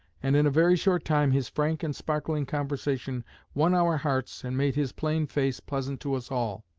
and in a very short time his frank and sparkling conversation won our hearts and made his plain face pleasant to us all.